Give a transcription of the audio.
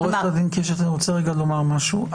עורכת הדין קשת, אני רוצה לומר משהו.